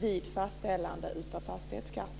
vid fastställande av fastighetsskatten?